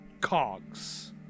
cogs